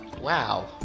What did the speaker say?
wow